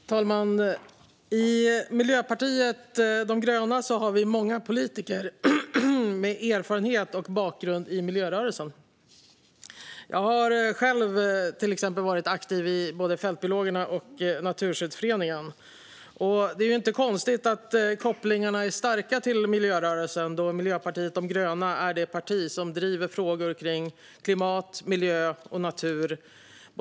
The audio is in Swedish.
Herr talman! I Miljöpartiet de gröna har vi många politiker med erfarenhet av och bakgrund i miljörörelsen. Jag har till exempel själv varit aktiv i både Fältbiologerna och Naturskyddsföreningen. Det är inte konstigt att kopplingarna till miljörörelsen är starka, då Miljöpartiet de gröna är det parti som driver frågor kring klimat, miljö och natur.